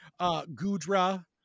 Gudra